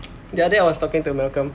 the other day I was talking to malcolm